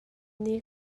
nih